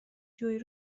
جویی